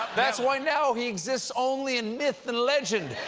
that's why now he exists only in myth and legend.